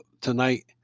tonight